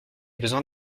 besoin